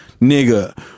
Nigga